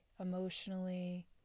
emotionally